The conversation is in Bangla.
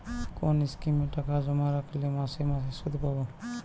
কোন স্কিমে টাকা জমা রাখলে মাসে মাসে সুদ পাব?